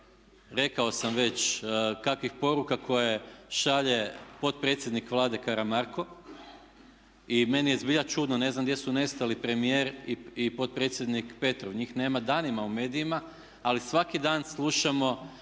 rekao sam već kakvih poruka koje šalje potpredsjednik Vlade Karamarko i meni je zbilja čudno, ne znam gdje su nestali premijer i potpredsjednik Petrov? Njih nema danima u medijima ali svaki dan slušamo